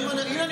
והינה,